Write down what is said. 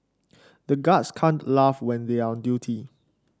the guards can't laugh when they are on duty